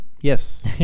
Yes